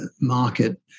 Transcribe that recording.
market